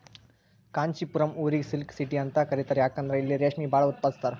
ಕಾಂಚಿಪುರಂ ಊರಿಗ್ silk city ಅಂತ್ ಕರಿತಾರ್ ಯಾಕಂದ್ರ್ ಇಲ್ಲಿ ರೇಶ್ಮಿ ಭಾಳ್ ಉತ್ಪಾದಸ್ತರ್